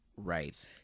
right